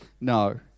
No